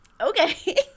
Okay